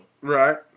Right